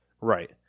Right